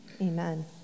Amen